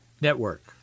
network